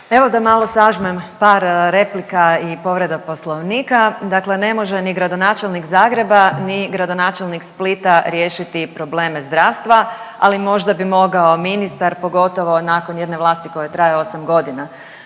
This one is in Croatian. Evo, da malo sažmem par replika i povreda Poslovnika. Dakle, ne može ni gradonačelnik Zagreba ni gradonačelnik Splita riješiti probleme zdravstva, ali možda bi mogao ministar, pogotovo nakon jedne vlasti koja traje 8 godina